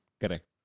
Correct